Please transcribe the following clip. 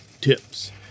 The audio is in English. tips